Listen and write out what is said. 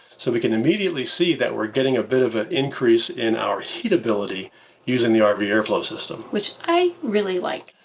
so, we can immediately see that we're getting a bit of an increase in our heat ability using the rv airflow system. which i really like.